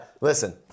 Listen